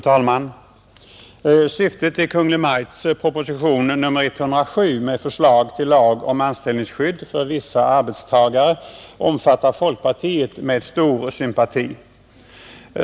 Fru talman! Syftet i Kungl. Maj:ts proposition nr 107 med förslag till lag om anställningsskydd för vissa arbetstagare omfattar folkpartiet med stor sympati.